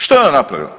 Što je ona napravila.